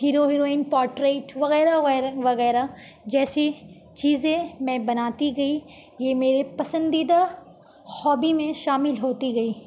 hero heroine portrait وغیرہ وغیرہ وغیرہ جیسی چیزیں میں بناتی گئی یہ میرے پسندیدہ ہابی میں شامل ہوتی گئی